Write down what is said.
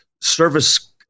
service